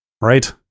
right